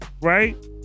right